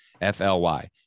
F-L-Y